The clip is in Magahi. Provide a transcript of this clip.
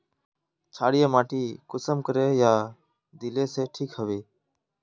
क्षारीय माटी कुंसम करे या दिले से ठीक हैबे?